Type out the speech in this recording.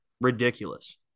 ridiculous